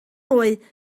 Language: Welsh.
mwy